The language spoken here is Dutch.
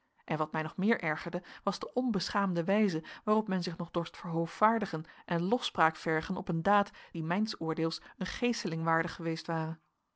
en wat mij nog meer ergerde was de onbeschaamde wijze waarop men zich nog dorst verhoovaardigen en lofspraak vergen op een daad die mijns oordeels een geeseling waardig geweest ware